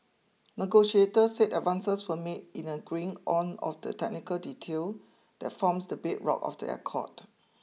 negotiators said advances were made in agreeing on of the technical detail that forms the bedrock of the accord